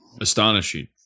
astonishing